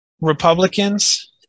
Republicans